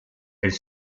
elle